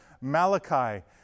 Malachi